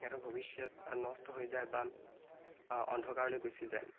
সিহঁতৰ ভৱিষ্যত নষ্ট হৈ যায় বা অন্ধকাৰলৈ গুচি যায়